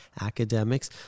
academics